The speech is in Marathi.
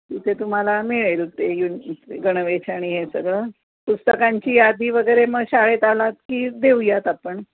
तिथे तुम्हाला मिळेल ते युन गणवेश आणि हे सगळं पुस्तकांची यादी वगैरे मग शाळेत आलात की देऊयात आपण